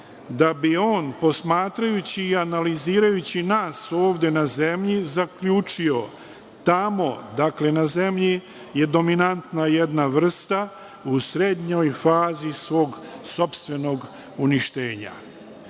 da bi on posmatrajući i analizirajući nas ovde na zemlji zaključio da je tamo, dakle da je na zemlji dominanta jedna vrsta u srednjoj fazi svog sopstvenog uništenja.